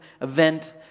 event